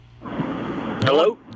Hello